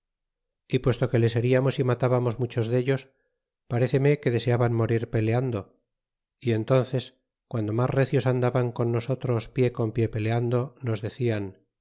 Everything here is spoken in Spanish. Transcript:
y puesto que les heimmos y mataliarnos muchos dellos paréceme inc deseaban morir peleando y entúnces piando mas recios andaban con nosotros pie con pie peleando nos decian